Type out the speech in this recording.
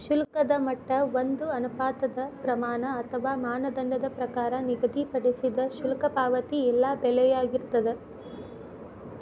ಶುಲ್ಕದ ಮಟ್ಟ ಒಂದ ಅನುಪಾತದ್ ಪ್ರಮಾಣ ಅಥವಾ ಮಾನದಂಡದ ಪ್ರಕಾರ ನಿಗದಿಪಡಿಸಿದ್ ಶುಲ್ಕ ಪಾವತಿ ಇಲ್ಲಾ ಬೆಲೆಯಾಗಿರ್ತದ